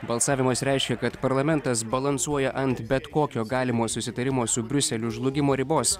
balsavimas reiškia kad parlamentas balansuoja ant bet kokio galimo susitarimo su briuseliu žlugimo ribos